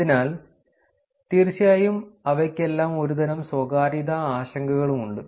അതിനാൽ തീർച്ചയായും അവയ്ക്കെല്ലാം ഒരുതരം സ്വകാര്യത ആശങ്കകളുമുണ്ട്